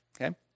okay